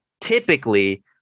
typically